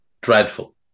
dreadful